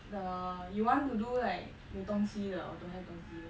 the you want to do like 有东西的 or don't have 东西的